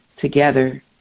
together